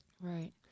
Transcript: Right